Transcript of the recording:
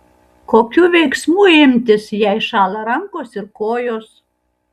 kokių veiksmų imtis jei šąla rankos ir kojos